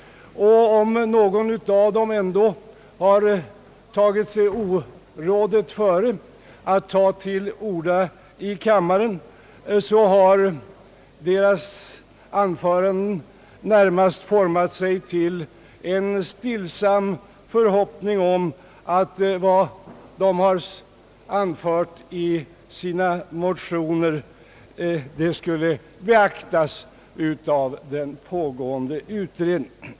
Om en och annan av dem ändå har tagit sig orådet före att begära ordet i kammaren så har deras anföranden format sig till en stillsam förhoppning om att vad man har anfört i sina motioner skulle beaktas av den pågående utredningen.